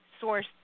source